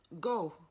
go